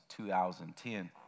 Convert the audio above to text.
2010